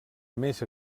més